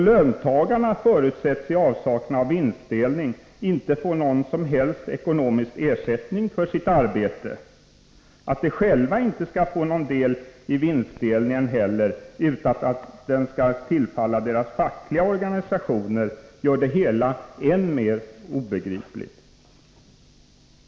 Löntagarnäa förutsätts, i avsaknad av vinstdelning, inte få någon som helst ekonomisk ersättning för sitt arbete. Att de själva inte skall få någon del i vinstdelningen heller, utan att den skall tillfalla deras fackliga organisationer, gör det hela än mer obegripligt.